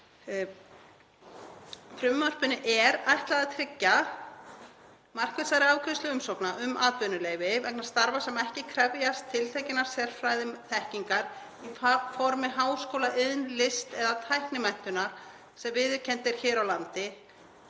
Frumvarpinu er ætlað að tryggja markvissari afgreiðslu umsókna um atvinnuleyfi vegna starfa sem ekki krefjast tiltekinnar sérfræðiþekkingar í formi háskóla-, iðn-, list- eða tæknimenntunar sem viðurkennd er hér á landi